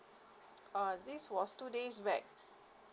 uh this was two days back